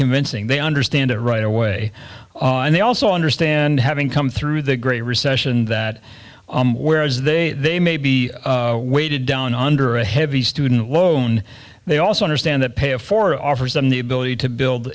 convincing they understand it right away and they also understand having come through the great recession that whereas they they may be weighted down under a heavy student loan they also understand that pay for offers them the ability to build